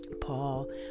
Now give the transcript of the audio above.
Paul